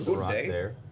right there.